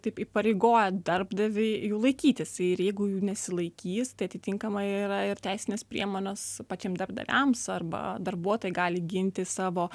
taip įpareigoja darbdavį jų laikytis tai ir jeigu jų nesilaikys tai atitinkamai yra ir teisinės priemonės pačiam darbdaviams arba darbuotojai gali ginti savo